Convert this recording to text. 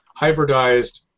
hybridized